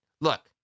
Look